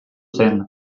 zen